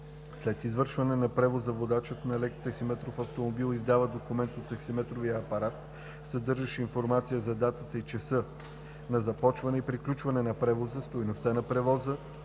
След извършване на превоза водачът на лек таксиметров автомобил издава документ от таксиметровия апарат, съдържащ информация за датата и часа на започване и приключване на превоза, стойността на превоза,